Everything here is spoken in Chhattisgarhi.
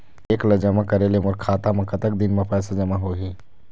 चेक ला जमा करे ले मोर खाता मा कतक दिन मा पैसा जमा होही?